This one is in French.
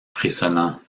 frissonnant